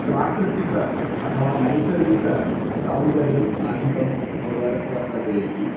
प्राकृतिकम् अथवा नैसर्गिकं सौन्दर्यम् अधिकं वर् वर्तते इति